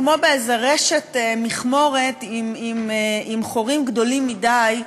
כמו באיזו רשת מכמורת עם חורים גדולים מדי,